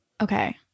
Okay